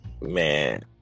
man